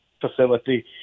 facility